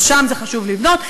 אז שם חשוב לבנות.